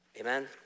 Amen